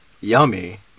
Yummy